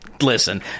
Listen